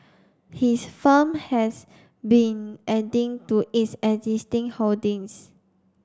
his firm has been adding to its existing holdings